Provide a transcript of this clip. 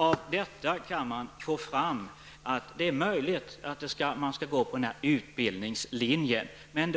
Av detta kan man få fram att det är möjligt att man skall gå på utbildningslinjen, men